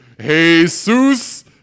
Jesus